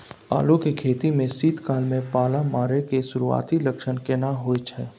आलू के खेती में शीत काल में पाला मारै के सुरूआती लक्षण केना होय छै?